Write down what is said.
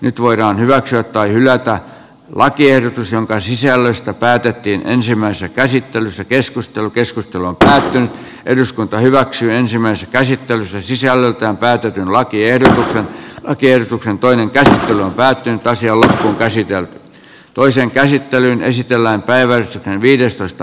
nyt voidaan hyväksyä tai hylätä lakiehdotus jonka sisällöstä päätettiin ensimmäisessä käsittelyssä keskustelu keskustelua käytiin eduskunta hyväksyy ensimmäistä käsittelyssä sisällöltään päätetyn lakiehdotuksen tiedotuksen toinen päätähti välttyä taisi olla käsityön ja toisen käsittelyn esitellään päivä viidestoista